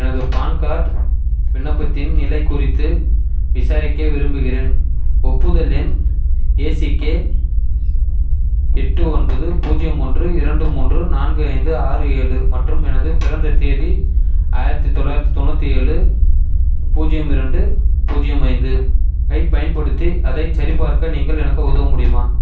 எனது பான்கார்ட் விண்ணப்பத்தின் நிலை குறித்து விசாரிக்க விரும்புகிறேன் ஒப்புதல் எண் ஏசிகே எட்டு ஒன்பது பூஜ்யம் ஒன்று இரண்டு மூன்று நான்கு ஐந்து ஆறு ஏழு மற்றும் எனது பிறந்த தேதி ஆயிரத்தி தொள்ளாயிரத்தி தொண்ணூற்றி ஏழு பூஜ்யம் இரண்டு பூஜ்யம் ஐந்து ஐ பயன்படுத்தி அதை சரிபார்க்க நீங்கள் எனக்கு உதவ முடியுமா